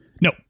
No